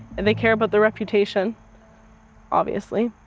and they care about their reputation obviously,